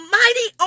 mighty